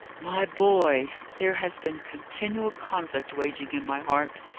my boy, there has been continual conflict waging in my heart,